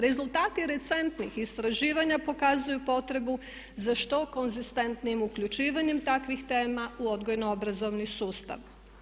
Rezultati recentnih istraživanja pokazuju potrebu za što konzistentnijim uključivanjem takvih tema u odgojno obrazovni sustav.